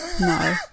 No